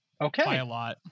Okay